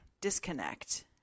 disconnect